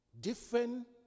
different